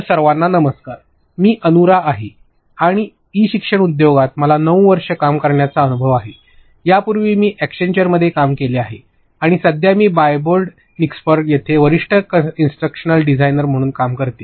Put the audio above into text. तरसर्वांना नमस्कार मी अनुरा आहे आणि ई शिक्षण उद्योगात मला ९ वर्ष काम करण्याचा अनुभव आहे यापूर्वी मी अॅक्शेंचरमध्ये काम केले आहे आणि सध्या मी डायबॉल्ड निक्सडॉर्फ येथे वरिष्ठ इंस्ट्रक्शनल डिझाइनर म्हणून काम करते